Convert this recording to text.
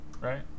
right